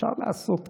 אפשר לעשות ככה: